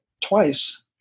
twice